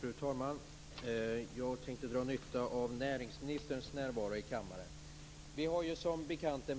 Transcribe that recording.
Fru talman! Jag tänkte dra nytta av näringsministerns närvaro här i kammaren. Som bekant är